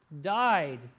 died